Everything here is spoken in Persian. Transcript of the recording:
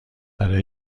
برا